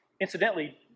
Incidentally